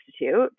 Institute